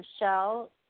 Michelle